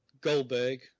Goldberg